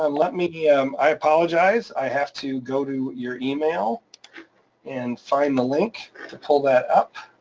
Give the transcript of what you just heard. um let me. me. um i apologize, i have to go to your email and find the link to pull that up.